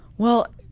well,